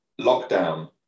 lockdown